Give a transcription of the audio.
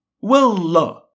Well-la